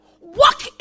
walk